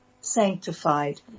sanctified